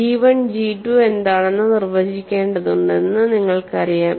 G 1 G 2 എന്താണെന്ന് നിർവചിക്കേണ്ടതുണ്ടെന്ന് നിങ്ങൾക്കറിയാം